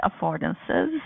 affordances